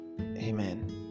Amen